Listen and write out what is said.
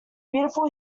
beautiful